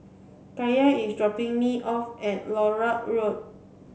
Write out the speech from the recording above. Kaya is dropping me off at Larut Road